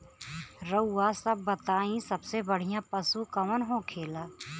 रउआ सभ बताई सबसे बढ़ियां पशु कवन होखेला?